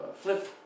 flip